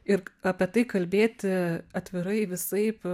ir apie tai kalbėti atvirai visaip